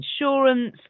insurance